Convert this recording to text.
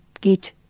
get